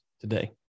today